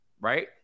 Right